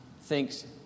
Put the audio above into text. thinks